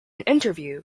interview